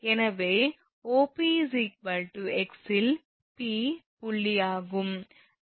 எனவே O𝑃 𝑥 இல் P புள்ளியாகும்